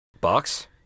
Box